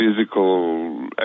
physical